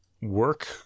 work